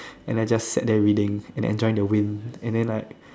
and I just sat there reading and enjoying the wind and then like